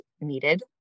needed